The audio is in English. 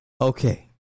Okay